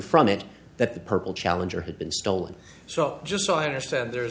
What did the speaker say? from it that the purple challenger had been stolen so just so i understand there